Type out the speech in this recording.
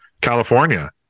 california